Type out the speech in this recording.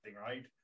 right